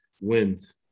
wins